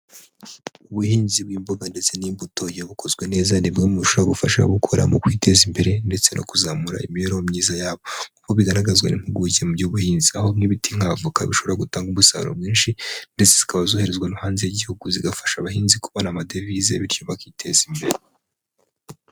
Ubuhinzi bw'imboga ndetse n'imbuto iyo bukozwe neza ni bimwe mu bishobora gufasha ababukora mu kwiteza imbere, ndetse no kuzamura imibereho myiza yabo nk' uko bigaragazwa n'impuguke mu by'ubuhinzi, aho nk'ibiti nk' avoka bishobora gutanga umusaruro mwinshi ndetse zikaba zoherezwa hanze y'igihugu, zigafasha abahinzi kubona amadevize bityo bakiteza imbere.